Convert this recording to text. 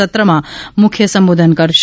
સત્રમાં મુખ્ય સંબોધન કરશે